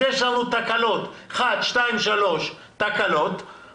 יש לנו מספר תקנות עם הוראת שעה וכמשרד המשפטים אנחנו מציעים: